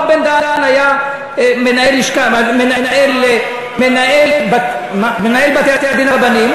הרב בן-דהן היה מנהל לשכה, מנהל בתי-הדין הרבניים.